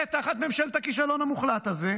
זה תחת ממשלת הכישלון המוחלט הזו.